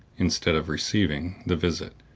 instead of receiving, the visit,